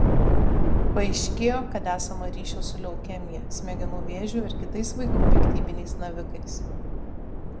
paaiškėjo kad esama ryšio su leukemija smegenų vėžiu ir kitais vaikų piktybiniais navikais